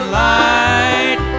light